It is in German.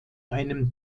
einem